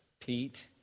Pete